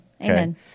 Amen